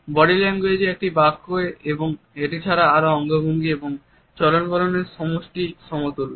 body language এ একটি বাক্য আর কিছু অঙ্গভঙ্গি এবং চলন বলনের সমষ্টি সমতুল্য